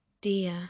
dear